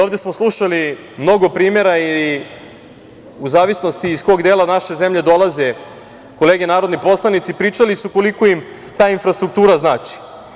Ovde smo slušali mnogo primera, u zavisnosti iz kog dela naše zemlje dolaze kolege narodni poslanici, pričali su koliko im ta infrastruktura znači.